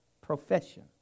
profession